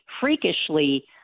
freakishly